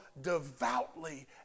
devoutly